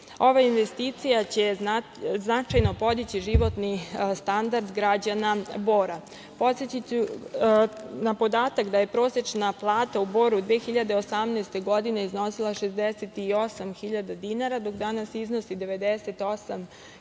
ova investicija će značajno podići životni standard građana Bora. Podsetiću na podatak da je prosečna plata u Boru 2018. godine iznosila 68.000 dinara, dok danas iznosi 98.000.